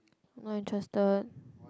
not interested